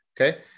Okay